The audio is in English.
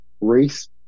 race